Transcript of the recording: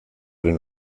den